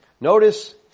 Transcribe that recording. Notice